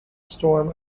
storm